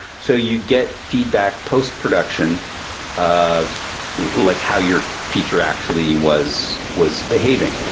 so you'd get feedback post-production of like how your feature actually was was behaving.